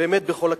ובאמת, בכל הכנות: